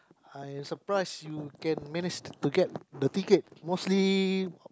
I surprised you can managed to get the ticket mostly